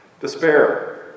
Despair